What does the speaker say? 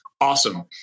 Awesome